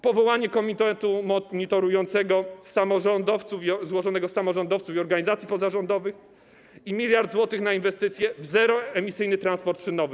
Powołanie komitetu monitorującego samorządowców, złożonego z samorządowców i organizacji pozarządowych i 1 mld zł na inwestycje w zeroemisyjny transport szynowy.